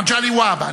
מגלי והבה.